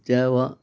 तेव्हा